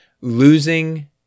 losing